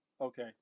Okay